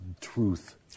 truth